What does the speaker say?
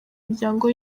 imiryango